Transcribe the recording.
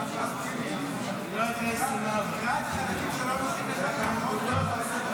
אתה יודע שתוכנית המאה של טראמפ כוללת הקמת מדינה פלסטינית?